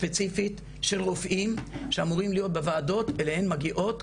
ספציפית של רופאים שאמורים להיות בוועדות אליהן מגיעות,